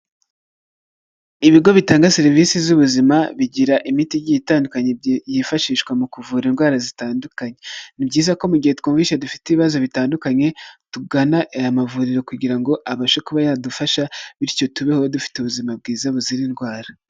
Ibigo bitanga serivisi z'ubuzima bigira imiti igye itandukanye, yifashishwa mu kuvura indwara zitandukanye, ni byiza ko mu gihe twumvishe dufite ibibazo bitandukanye, tugana aya mavuriro kugira ngo abashe kuba yadufasha, bityo tubeho dufite ubuzima bwiza buzira indwara.